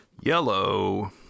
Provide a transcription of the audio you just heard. yellow